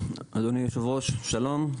אדוני היו"ר שלום,